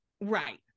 Right